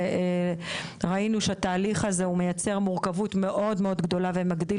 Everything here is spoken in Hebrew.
וראינו שהתהליך הזה מייצר מורכבות מאוד גדולה ומגדיל